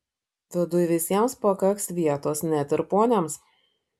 viduj visiems pakaks vietos net ir poniams